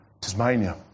Tasmania